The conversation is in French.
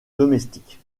domestique